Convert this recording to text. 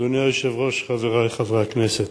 אדוני היושב-ראש, חברי חברי הכנסת,